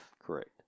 correct